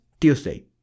Tuesday